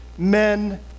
men